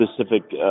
specific